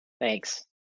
Thanks